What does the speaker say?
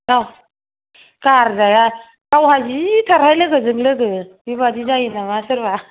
औ गारजाया गावहा जिथारहाय लोगोजों लोगो बेबादि जायो नामा सोरबा